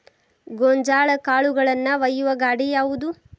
ಗೋಂಜಾಳ ಕಾಳುಗಳನ್ನು ಒಯ್ಯುವ ಗಾಡಿ ಯಾವದು?